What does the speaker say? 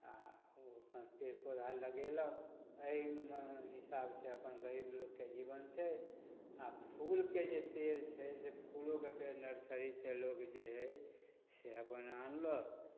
आओर ओ अपन पेड़ पौधा लगेलक एहिमे हिसाबसँ अपन गरीब लोकके जीवन छै आओर फूलके जे पेड़ छै से फूलोके पेड़ नर्सरीसँ लोक जे हइ से अपन आनलक